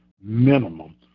minimum